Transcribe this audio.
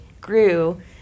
grew